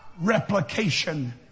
replication